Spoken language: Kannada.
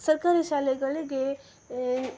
ಸರ್ಕಾರಿ ಶಾಲೆಗಳಿಗೆ